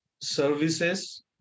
services